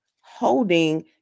holding